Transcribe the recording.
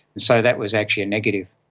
so that was actually a negative.